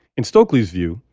in stokely's view,